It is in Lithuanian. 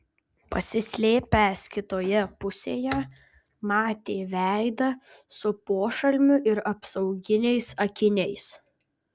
pasislėpęs kitoje pusėje matė veidą su pošalmiu ir apsauginiais akiniais